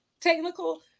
technical